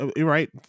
right